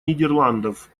нидерландов